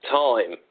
time